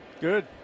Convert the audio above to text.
Good